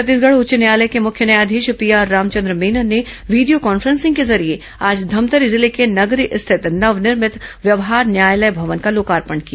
छत्तीसगढ़ उच्च न्यायालय के मुख्य न्यायाधीश पीआर रामचंद्र मेनन ने वीडियो कॉन्फ्रेंसिंग के जरिये आज धमतरी जिले के नगरी स्थित नवनिर्मित व्यवहार न्यायालय भवन का लोकार्पण किया